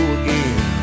again